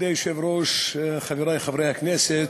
מכובדי היושב-ראש, חברי חברי הכנסת,